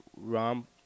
rom